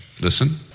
Listen